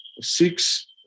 six